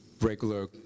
regular